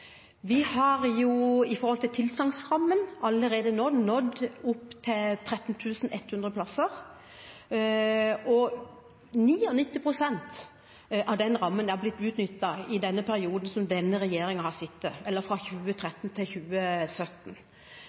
tilsagnsrammen har vi allerede nå nådd opp til 13 100 plasser, og 99 pst. av den rammen er blitt utnyttet i den perioden som denne regjeringen har sittet, eller fra 2013 til 2017.